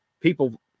people